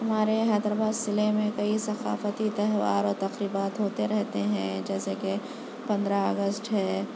ہمارے حیدرآباد ضلع میں کئی ثقافتی تہوار اور تقریبات ہوتے رہتے ہیں جیسے کہ پندرہ اگست ہے